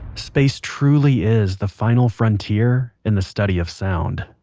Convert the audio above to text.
space truly is the final frontier in the study of sound